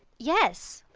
yes.